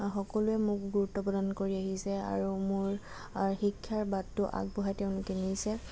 সকলোৱে মোক গুৰুত্ব প্ৰদান কৰি আহিছে আৰু মোৰ শিক্ষাৰ বাটটো আগবঢ়াই তেওঁলোকে নিছে